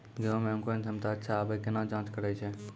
गेहूँ मे अंकुरन क्षमता अच्छा आबे केना जाँच करैय छै?